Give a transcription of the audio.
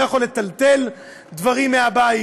לא יכול לטלטל דברים מהבית,